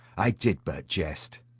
i did but jest.